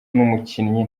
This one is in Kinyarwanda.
numukinnyi